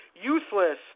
useless